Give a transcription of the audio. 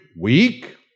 weak